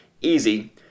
easy